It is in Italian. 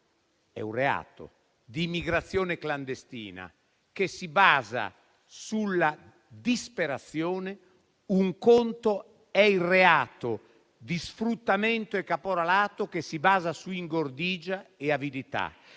tale è - di immigrazione clandestina, che si basa sulla disperazione, e un conto è il reato di sfruttamento e caporalato, che si basa su ingordigia e avidità.